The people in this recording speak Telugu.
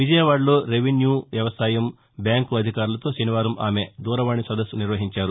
విజయవాదలో రెవెన్యూ వ్యవసాయం బ్యాంకు అధికారులతో శనివారం ఆమె దూర వాణి సదస్సు నిర్వహించారు